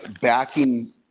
backing